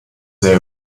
sehr